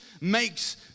makes